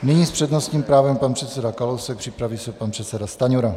Nyní s přednostní právem pan předseda Kalousek, připraví se pan předseda Stanjura.